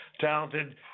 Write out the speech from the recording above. talented